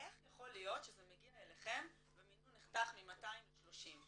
איך יכול להיות שזה מגיע אליכם ומינון נחתך מ-200 ל-30,